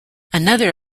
another